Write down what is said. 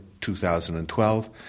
2012